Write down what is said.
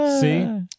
See